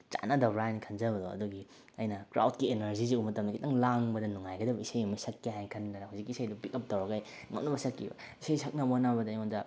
ꯆꯥꯟꯅꯗꯕ꯭ꯔꯥ ꯍꯥꯏꯅ ꯈꯟꯖꯕꯗꯣ ꯑꯗꯨꯒꯤ ꯑꯩꯅ ꯀ꯭ꯔꯥꯎꯠꯀꯤ ꯑꯦꯅꯔꯖꯤꯁꯦ ꯎꯕ ꯃꯇꯝꯗ ꯈꯤꯇꯪ ꯂꯥꯡꯕꯗ ꯅꯨꯡꯉꯥꯏꯒꯗꯕ ꯏꯁꯩ ꯑꯃ ꯁꯛꯀꯦ ꯍꯥꯏꯅ ꯈꯟꯗꯅ ꯍꯧꯖꯤꯛꯀꯤ ꯏꯁꯩꯗꯣ ꯄꯤꯛ ꯀꯞ ꯇꯧꯔꯒ ꯉꯝꯅꯕ ꯁꯛꯈꯤꯕ ꯏꯁꯩ ꯁꯛꯅꯕ ꯍꯣꯠꯅꯕꯗ ꯑꯩꯉꯣꯟꯗ